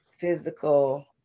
physical